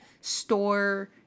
store